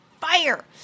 fire